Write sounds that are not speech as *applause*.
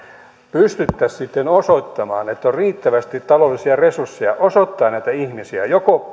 pystyttäisiin sitten osoittamaan että on riittävästi taloudellisia resursseja osoittaa näitä ihmisiä joko *unintelligible*